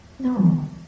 No